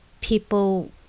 people